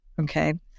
okay